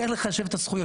איך לחשב את הזכויות.